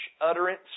utterance